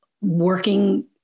working